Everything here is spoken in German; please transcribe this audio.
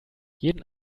jeden